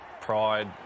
pride